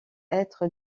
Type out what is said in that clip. être